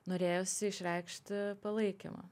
norėjosi išreikšti palaikymą